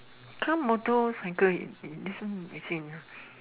car motorcycle and this one missing ah